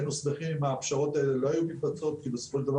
היינו שמחים אם הפשרות האלה לא היו מתבצעות כי בסופו של דבר